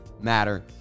matter